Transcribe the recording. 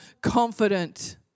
confident